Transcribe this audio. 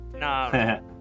No